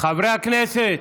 חברי הכנסת,